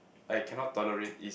I cannot tolerate is